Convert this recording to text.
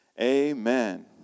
amen